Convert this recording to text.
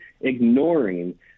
ignoring